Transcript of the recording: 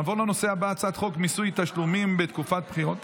נעבור לנושא הבא :מיסוי תשלומים בתקופת בחירות,